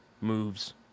moves